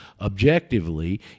objectively